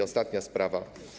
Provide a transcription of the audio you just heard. Ostatnia sprawa.